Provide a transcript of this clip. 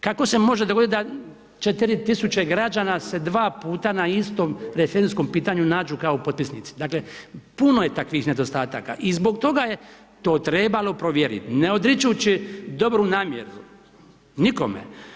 Kako se može dogoditi da 4.000 građana se 2 puta na istom referendumskom pitanju nađu kao potpisnici, dakle puno je takvih nedostataka i zbog toga je to trebalo provjerit ne odričući dobru namjeru, nikome.